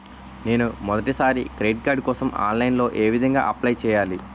నేను మొదటిసారి credit card కోసం ఆన్లైన్ లో ఏ విధంగా అప్లై చేయాలి?